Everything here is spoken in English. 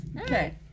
Okay